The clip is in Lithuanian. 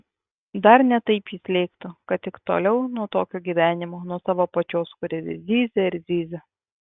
dar ne taip jis lėktų kad tik toliau nuo tokio gyvenimo nuo savo pačios kuri vis zyzia ir zyzia